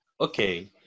Okay